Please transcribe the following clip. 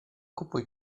kupuj